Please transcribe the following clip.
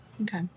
Okay